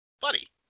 buddy